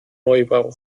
neubau